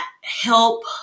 help